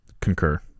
Concur